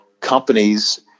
companies